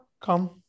come